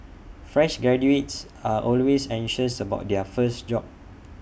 fresh graduates are always anxious about their first job